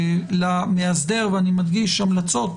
למאסדר ואני מדגיש: המלצות